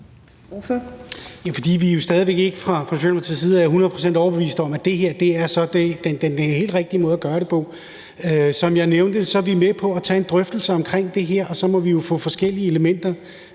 side er hundrede procent overbeviste om, at det her er den helt rigtige måde at gøre det på. Som jeg nævnte, er vi med på at tage en drøftelse om det her, og så må vi jo få forskellige elementer